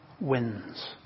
wins